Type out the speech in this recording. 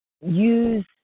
use